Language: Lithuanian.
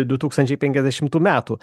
du tūkstančiai penkiasdešimtų metų